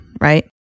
right